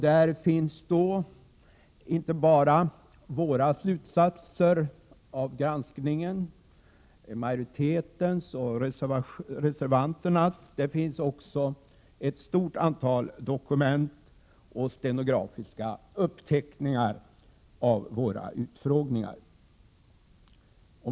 Där finns inte bara våra slutsatser — majoritetens och reservanternas — utan också ett stort antal dokument och stenografiska uppteckningar av våra utfrågningar.